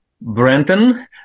Brenton